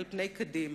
על פני קדימה.